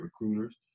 recruiters